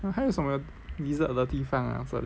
还有什么 dessert 的地方这里